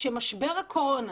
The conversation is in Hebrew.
שמשבר הקורונה